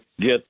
get